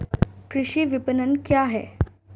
कृषि विपणन क्या है?